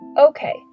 Okay